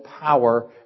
power